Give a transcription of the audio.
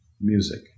music